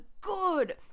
good